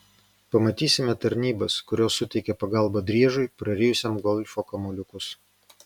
pamatysime tarnybas kurios suteikia pagalbą driežui prarijusiam golfo kamuoliukus